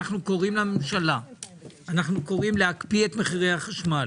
קוראים לממשלה להקפיא את מחירי החשמל,